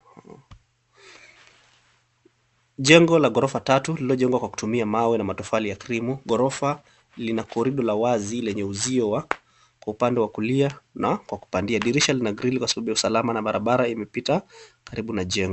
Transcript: Jengo la gorofa tatu, lililojengwa kwa kutumia mawe na matofali ya krimu. Gorofa lina korido la wazi lenye uzio wa kwa upande wa kulia na kwa kupandia. Dirisha lina grill kwa sababu ya usalama na barabara imepita karibu na jengo.